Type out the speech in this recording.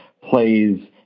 plays